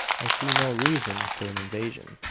i see no reason for an invasion.